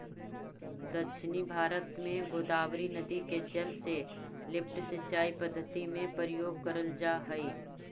दक्षिण भारत में गोदावरी नदी के जल के लिफ्ट सिंचाई पद्धति में प्रयोग करल जाऽ हई